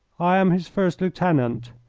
i am his first lieutenant,